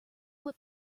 what